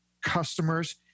customers